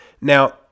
Now